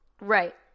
Right